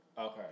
Okay